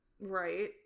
right